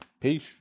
Peace